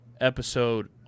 episode